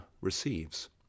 receives